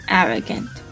arrogant